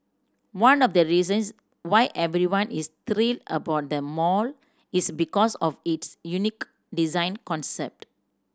one of the reasons why everyone is thrilled about the mall is because of its unique design concept